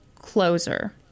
Closer